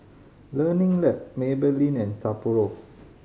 Learning Lab Maybelline and Sapporo